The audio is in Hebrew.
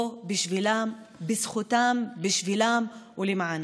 פה בשבילם, בזכותם ולמענם.